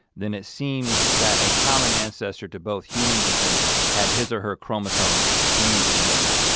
then it seems that a common ancestor to both humans and apes had his or her chromosomes fused together.